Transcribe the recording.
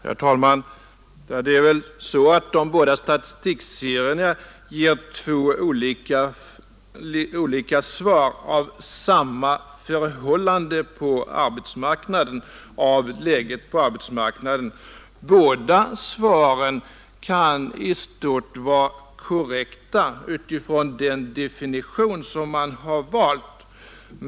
Herr talman! Det är väl så att de båda statistikserierna ger två olika svar beträffande läget på arbetsmarknaden. Båda svaren kan i stort vara korrekta utifrån den definition som man har valt.